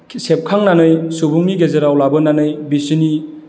सेबखांनानै सुबुंनि गेजेराव लाबोनानै बिसोरनि